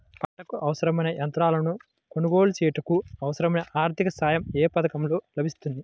పంటకు అవసరమైన యంత్రాలను కొనగోలు చేయుటకు, అవసరమైన ఆర్థిక సాయం యే పథకంలో లభిస్తుంది?